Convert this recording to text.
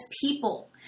people